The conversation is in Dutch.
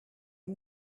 hem